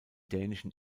dänischen